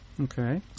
Okay